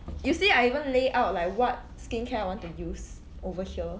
you see I even lay out like what skincare I want to use over here